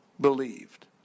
believed